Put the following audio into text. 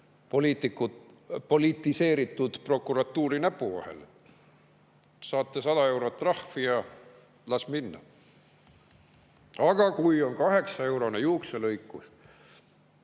politiseeritud prokuratuuri näpu vahel. Saate 100 eurot trahvi, ja las minna! Aga kui on 8-eurone juukselõikus,